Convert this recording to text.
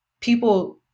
people